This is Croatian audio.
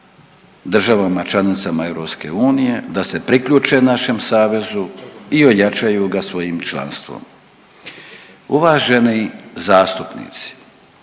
državama članicama EU da se priključe našem savezu i ojačaju ga svojim članstvom. Uvaženi zastupnici,